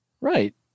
Right